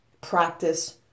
practice